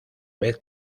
vez